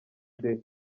day